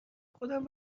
خودم